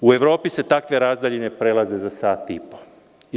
U Evropi se takve razdaljine prelaze za sat i po.